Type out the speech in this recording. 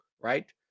right